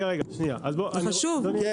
זה חשוב.